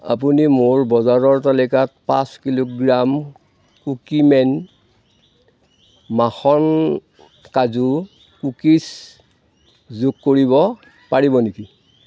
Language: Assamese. আপুনি মোৰ বজাৰৰ তালিকাত পাঁচ কিলোগ্ৰাম কুকিমেন মাখন কাজু কুকিজ যোগ কৰিব পাৰিব নেকি